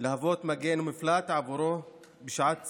ולהוות מגן ומפלט עבורו בשעת צרה,